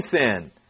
sin